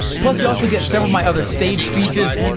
plus you also get several my other stage speeches,